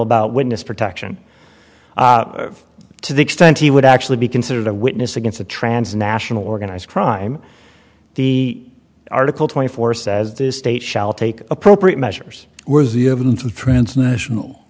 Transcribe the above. about witness protection to the extent he would actually be considered a witness against a transnational organized crime the article twenty four says this state shall take appropriate measures